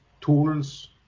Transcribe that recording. tools